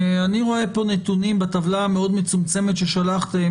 אני רואה פה נתונים בטבלה המאוד מצומצמת ששלחתם,